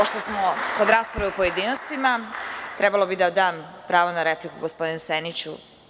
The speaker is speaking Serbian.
Pošto smo kod rasprave u pojedinostima trebalo bi da dam pravo na repliku gospodinu Seniću.